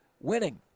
winning